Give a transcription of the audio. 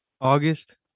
August